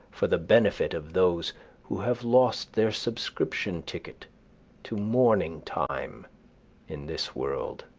for the benefit of those who have lost their subscription ticket to morning time in this world.